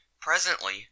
Presently